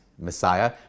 Messiah